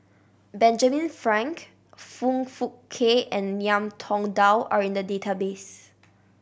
Benjamin Frank Foong Fook Kay and Ngiam Tong Dow are in the database